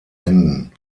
händen